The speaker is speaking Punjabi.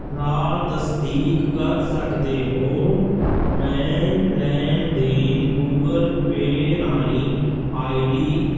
ਨਾਲ ਤਸਦੀਕ ਕਰ ਸਕਦੇ ਹੋ ਮੈਂ ਲੈਣ ਦੇਣ ਗੂਗਲ ਪੇਅ ਰਾਹੀਂ ਆਈ ਡੀ